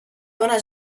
dóna